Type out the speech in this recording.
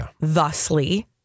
thusly